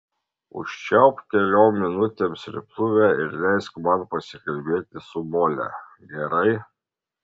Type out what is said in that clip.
užčiaupk keliom minutėm srėbtuvę ir leisk man pasikalbėti su mole gerai